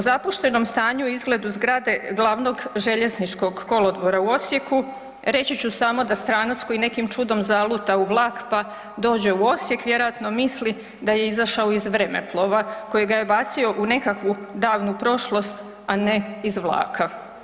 O zapuštenom stanju i izgledu zgrade Glavnog željezničkog kolodvora u Osijeku, reći ću samo da stranac koji nekim čudom zaluta u vlak pa dođe u Osijek, vjerojatno misli da je izašao iz vremeplova kojega je bacio u nekakvu davnu prošlost, a ne iz vlaka.